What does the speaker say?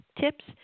tips